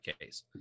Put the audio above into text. case